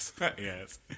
Yes